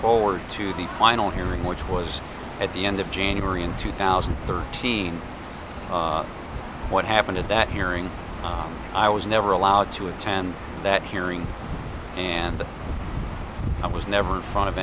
forward to the final hearing which was at the end of january in two thousand and thirteen of what happened at that hearing i was never allowed to attend that hearing and i was never in front of